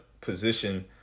position